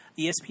ESPN